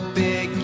big